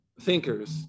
thinkers